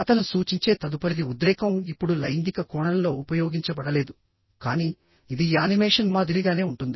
అతను సూచించే తదుపరిది ఉద్రేకం ఇప్పుడు లైంగిక కోణంలో ఉపయోగించబడలేదు కానీ ఇది యానిమేషన్ మాదిరిగానే ఉంటుంది